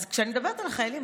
אז כשאני מדברת על החיילים,